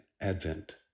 advent